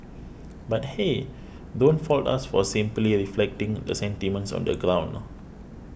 but hey don't fault us for simply reflecting the sentiments on the ground